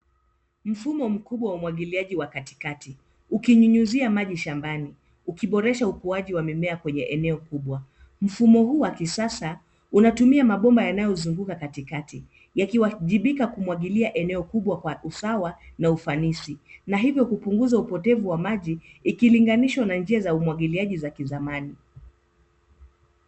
Mfumo mkubwa wa umwagiliaji wa katikati ukinyunyuzia maji shambani ukiboresha ukuaji wa mimea kwenye eneo kubwa. Mfumo huu wa kisasa unatumia mabomba yanayozunguka katikati yakiwajibika kumwagilia eneo kubwa kwa usawa na ufanisi na hivyo kupunguza upotevu wa maji ikilinganishwa na njia za umwagiliaji za zamani.